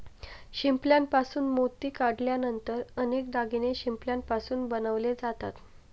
शिंपल्यापासून मोती काढल्यानंतर अनेक दागिने शिंपल्यापासून बनवले जातात